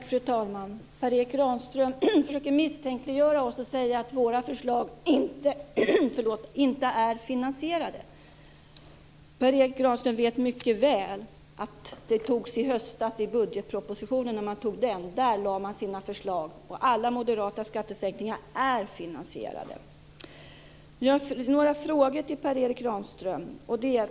Fru talman! Per Erik Granström försöker att misstänkliggöra oss och säga att våra förslag inte är finansierade. Han vet mycket väl att alla lade fram sina förslag i samband med budgetpropositionen i höstas. Alla moderata skattesänkningar är finansierade. Jag har några frågor till Per Erik Granström.